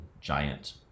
giant